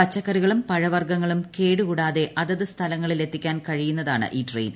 പച്ചക്കറികളും പഴവർഗ്ഗങ്ങളും കേടുകൂടാതെ അതത് സ്ഥലങ്ങളിൽ എത്തിക്കാൻ കഴിയുന്നതാണ് ഈ ട്രെയിൻ